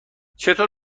چطور